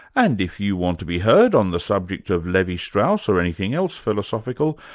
and if you want to be heard on the subject of levi-strauss, or anything else philosophical,